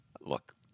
look